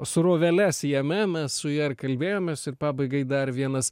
sroveles jame mes su ja ir kalbėjomės ir pabaigai dar vienas